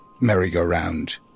merry-go-round